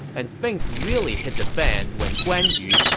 and things really hit the fan when guan yu,